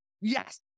Yes